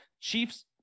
Chiefs